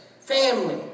family